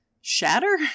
shatter